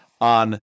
on